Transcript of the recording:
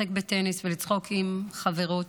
לשחק בטניס ולצחוק עם חברות,